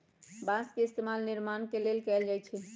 बास के इस्तेमाल निर्माण के लेल कएल जाई छई